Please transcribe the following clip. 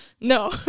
No